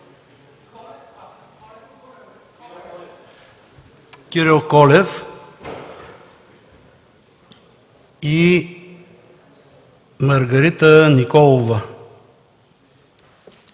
Кирил Колев и Маргарита Николова.